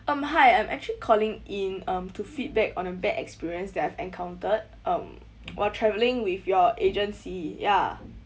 um hi I'm actually calling in um to feedback on a bad experience that I've encountered um while traveling with your agency ya